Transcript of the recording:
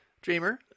Dreamer